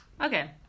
okay